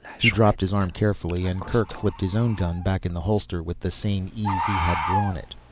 he dropped his arm carefully and kerk flipped his own gun back in the holster with the same ease he had drawn it.